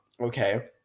Okay